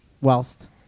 whilst